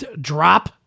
drop